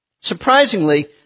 surprisingly